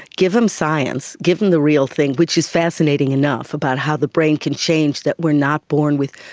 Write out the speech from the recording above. give them science, give them the real thing, which is fascinating enough, about how the brain can change, that we are not born with,